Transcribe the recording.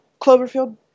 Cloverfield